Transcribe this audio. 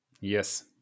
Yes